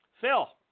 Phil